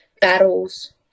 battles